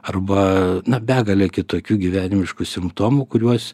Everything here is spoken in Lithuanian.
arba na begalė kitokių gyvenimiškų simptomų kuriuos